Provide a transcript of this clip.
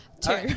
Two